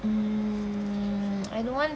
mm I don't want